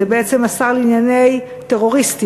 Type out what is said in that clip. זה בעצם השר לענייני טרוריסטים.